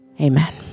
Amen